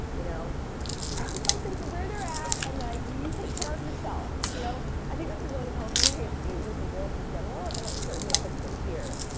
you know not to take them for what they're at and like you take care of yourself. you know i think that's a really healthy way of dealing with the world in general and it's certainly applicable here.